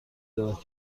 دارد